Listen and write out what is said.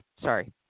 sorry